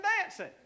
dancing